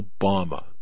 Obama